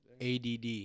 ADD